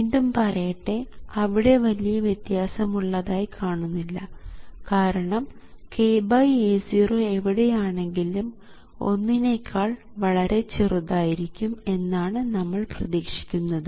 വീണ്ടും പറയട്ടെ അവിടെ വലിയ വ്യത്യാസം ഉള്ളതായി കാണുന്നില്ല കാരണം ഈ kA0 എവിടെയാണെങ്കിലും ഒന്നിനേക്കാൾ വളരെ ചെറുതായിരിക്കും എന്നാണ് നമ്മൾ പ്രതീക്ഷിക്കുന്നത്